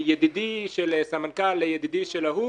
מידידי של סמנכ"ל לידידי של ההוא,